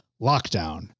lockdown